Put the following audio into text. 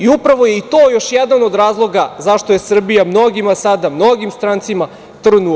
Upravo je i to još jedan od razloga zašto je Srbija mnogima sada, mnogim strancima trn u oku.